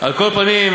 על כל פנים,